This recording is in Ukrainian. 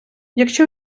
якщо